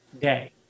day